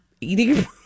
eating